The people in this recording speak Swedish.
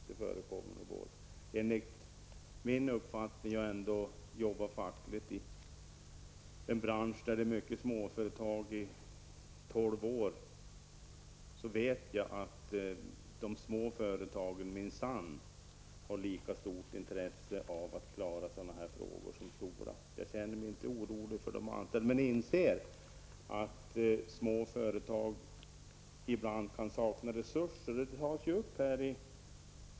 Jag har ändå i tolv år arbetat fackligt i en bransch där det finns många småföretag, och jag vet att de små företagen minsann har lika stort intresse för sådana här problem som stora företag. Jag känner mig alltså inte orolig för de anställda, men inser att små företag ibland kan sakna resurser.